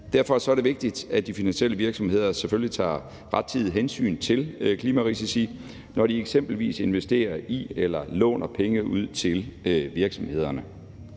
Derfor er det vigtigt, at de finansielle virksomheder selvfølgelig rettidigt tager hensyn til klimarisici, når de eksempelvis investerer i eller låner penge ud til virksomhederne.